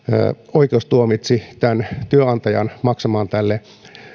oikeus tuomitsi työnantajan maksamaan tälle